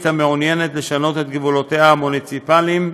המעוניינת לשנות את גבולותיה המוניציפליים.